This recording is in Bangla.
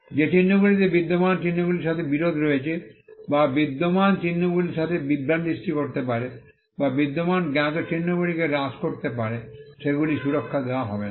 যে চিহ্নগুলিতে বিদ্যমান চিহ্নগুলির সাথে বিরোধ রয়েছে যা বিদ্যমান চিহ্নগুলির সাথে বিভ্রান্তি সৃষ্টি করতে পারে বা বিদ্যমান জ্ঞাত চিহ্নগুলিকে হ্রাস করতে পারে সেগুলি সুরক্ষা দেওয়া হবে না